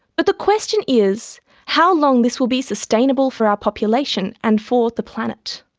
but the question is how long this will be sustainable for our population and for the planet.